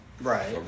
Right